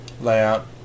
layout